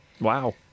Wow